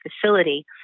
facility